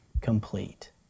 complete